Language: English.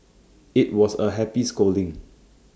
IT was A happy scolding